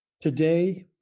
today